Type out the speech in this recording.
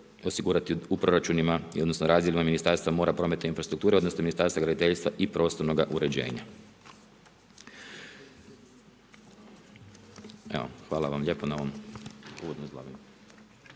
osigurati u proračunima, odnosno u …/Govornik se ne razumije./… Ministarstva mora, prometa i infrastrukture odnosno Ministarstva graditeljstva i prostornoga uređenja. Evo, hvala vam lijepa na ovom uvodnom izlaganju.